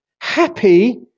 happy